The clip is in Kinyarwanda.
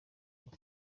ngo